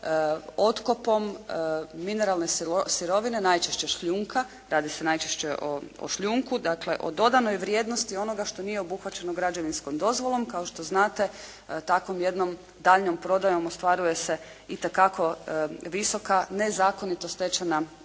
otkopom mineralne sirovine najčešće šljunka. Radi se najčešće o šljunku, dakle o dodanoj vrijednosti onoga što nije obuhvaćeno građevinskom dozvolom. Kao što znate takvom jednom daljnjom prodajom ostvaruje se itekako visoka nezakonito stečena